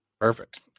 perfect